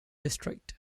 districts